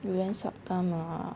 you then suck thumb lah